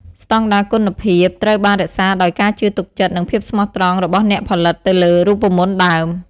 ស្តង់ដារគុណភាព ត្រូវបានរក្សាដោយការជឿទុកចិត្ត និងភាពស្មោះត្រង់របស់អ្នកផលិតទៅលើរូបមន្តដើម។